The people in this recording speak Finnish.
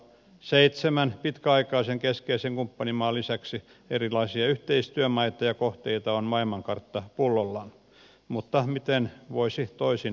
seitsemän pitkäaikaisen keskeisen kumppanimaan lisäksi erilaisia yhteistyömaita ja kohteita on maailmankartta pullollaan mutta miten voisi toisin ollakaan